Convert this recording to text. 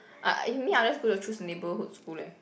uh if me I will just go to choose neighbourhood school leh